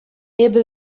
эпӗ